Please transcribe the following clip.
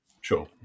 Sure